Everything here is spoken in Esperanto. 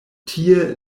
tie